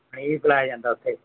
ਪਾਣੀ ਵੀ ਪਿਲਾਇਆ ਜਾਂਦਾ ਉੱਥੇ